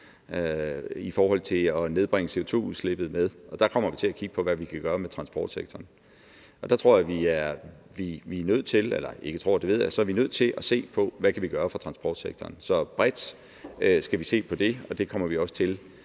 i forhold til at nedbringe CO2-udslippet, og der kommer vi til at kigge på, hvad vi kan gøre med transportsektoren; så er vi nødt til at se på, hvad vi kan gøre for transportsektoren. Så vi skal se bredt på det, og det kommer vi også til, når